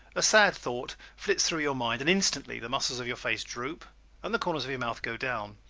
a sad thought flits through your mind and instantly the muscles of your face droop and the corners of your mouth go down.